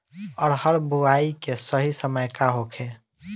अरहर बुआई के सही समय का होखे?